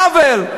עוול.